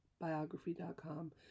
Biography.com